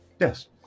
Yes